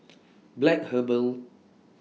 Black Herbal